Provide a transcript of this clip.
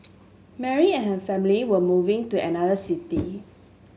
Mary and her family were moving to another city